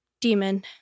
demon